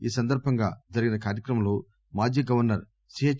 ఈ సందర్బంగా జరిగిన కార్యక్రమంలో మాజీ గవర్నర్ సీహెచ్